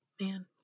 Man